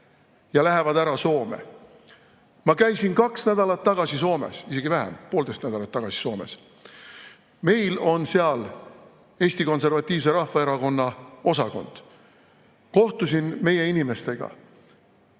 ja lähevad ära Soome. Ma käisin kaks nädalat tagasi Soomes – isegi vähem, poolteist nädalat tagasi käisin Soomes. Meil on seal Eesti Konservatiivse Rahvaerakonna osakond. Kohtusin meie inimestega.